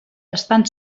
estan